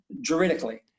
juridically